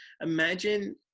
imagine